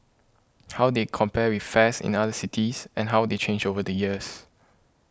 how they compare with fares in other cities and how they change over the years